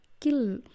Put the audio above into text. kill